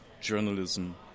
journalism